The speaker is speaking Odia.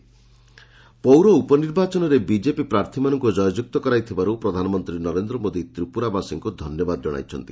ପିଏମ ତ୍ରିପୁରା ପୌର ଉପନିର୍ବାଚନରେ ବିଜେପି ପ୍ରାର୍ଥୀମାନଙ୍କୁ ଜୟଯୁକ୍ତ କରାଇଥିବାରୁ ପ୍ରଧାନମନ୍ତ୍ରୀ ନରେନ୍ଦ୍ର ମୋଦି ତ୍ରିପୁରାବାସୀଙ୍କୁ ଧନ୍ୟବାଦ ଜଣାଇଛନ୍ତି